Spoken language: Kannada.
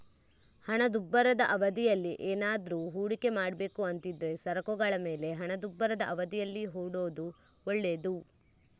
ಹಣದುಬ್ಬರದ ಅವಧಿಯಲ್ಲಿ ಏನಾದ್ರೂ ಹೂಡಿಕೆ ಮಾಡ್ಬೇಕು ಅಂತಿದ್ರೆ ಸರಕುಗಳ ಮೇಲೆ ಹಣದುಬ್ಬರದ ಅವಧಿಯಲ್ಲಿ ಹೂಡೋದು ಒಳ್ಳೇದು